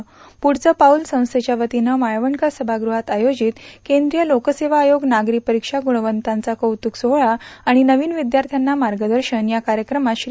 पुढचं पाऊत संस्येच्यावतीनं माळवणकर सभागृहात आयोजित केंद्रीय लोकसेवा आयोग नागरी परीक्षा गुणवंताचा कौतुक सोहळा आणि नवीन विद्यार्थ्यांना मार्गदशन या कार्यक्रमात श्री